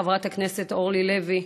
חברת הכנסת אורלי לוי,